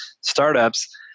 startups